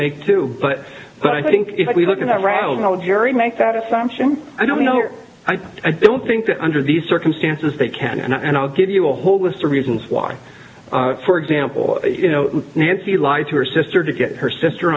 make too but i think if we look at that route military make that assumption i don't know i don't think that under these circumstances they can and i'll give you a whole list of reasons why for example you know nancy lied to her sister to get her sister